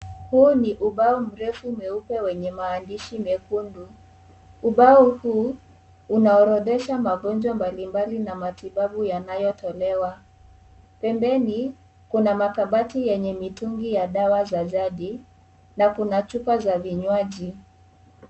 Huu ni ubao mrefu mweupe wenye maandishi mekundu. Ubao huu unaorodhesha magonjwa mbalimbali na matibabu yanayotolewa. Pembeni kuna makabati yenye mitungi ya dawa za zadi na kuna chupa za vinywaji.